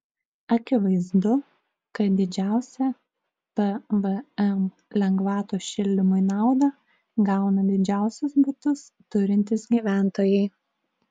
akivaizdu kad didžiausią pvm lengvatos šildymui naudą gauna didžiausius butus turintys gyventojai